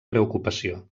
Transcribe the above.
preocupació